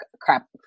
crap